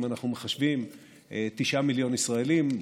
אם אנחנו מחשבים 9 מיליון ישראלים,